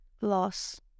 loss